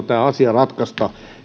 tämä asia ratkaista